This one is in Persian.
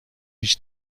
هیچ